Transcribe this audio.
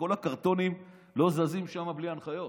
כל הקרטונים לא זזים שם בלי הנחיות.